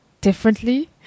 differently